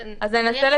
לביטוח הלאומי יש